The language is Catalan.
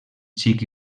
xic